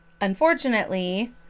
Unfortunately